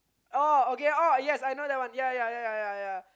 oh okay oh yes I know that one ya ya ya